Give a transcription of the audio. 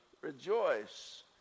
rejoice